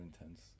intense